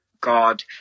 God